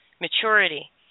maturity